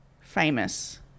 famous